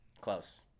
Close